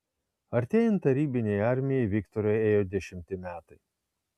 artėjant tarybinei armijai viktorui ėjo dešimti metai